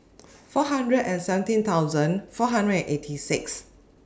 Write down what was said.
four hundred and seventeen thousand four hundred eighty six